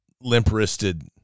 limp-wristed